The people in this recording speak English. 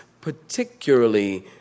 particularly